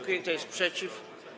Kto jest przeciw?